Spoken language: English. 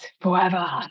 forever